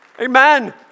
Amen